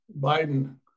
Biden